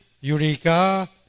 Eureka